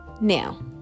Now